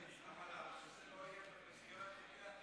אבל למה שזה לא יהיה במסגרת חוקי התכנון והבנייה?